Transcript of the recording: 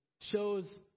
shows